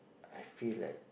I feel like